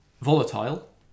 Volatile